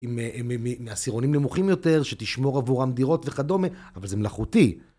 מעשירונים נמוכים יותר, שתשמור עבורם דירות וכדומה, אבל זה מלאכותי.